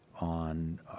On